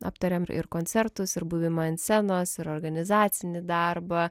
aptarėm ir koncertus ir buvimą ant scenos ir organizacinį darbą